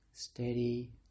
Steady